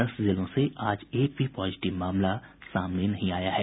दस जिलों से आज एक भी पॉजिटिव मामला सामने नहीं आया है